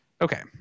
Okay